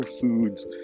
foods